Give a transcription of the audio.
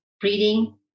breathing